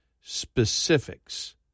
specifics